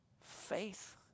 faith